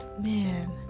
man